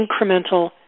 incremental